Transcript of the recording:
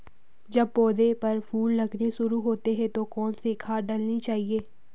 जब पौधें पर फूल लगने शुरू होते हैं तो कौन सी खाद डालनी चाहिए?